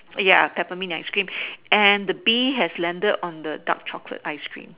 ya definitely ice cream and the bee has landed on the dark chocolate ice cream